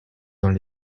dans